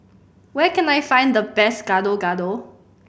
where can I find the best Gado Gado